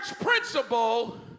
principle